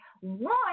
One